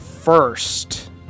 First